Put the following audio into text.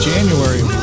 January